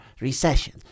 recession